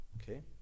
Okay